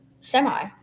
Semi